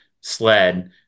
sled